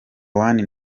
one